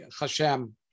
Hashem